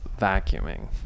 vacuuming